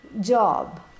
job